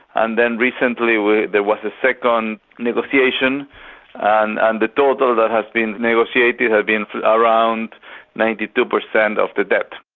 and then recently there was a second negotiation and and the total that has been negotiated has been around ninety two per cent of the debt.